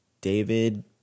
David